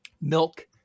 milk